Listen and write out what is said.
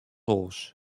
oars